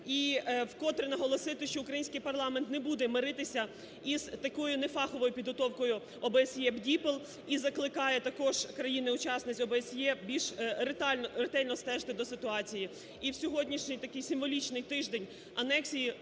і вкотре наголосити, що український парламент не буде миритися із такою нефаховою підготовкою ОБСЄ/БДІПЛ і закликає також країн-учасниць ОБСЄ більш ретельно стежити за ситуацією. І в сьогоднішній такий символічний тиждень анексії,